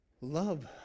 love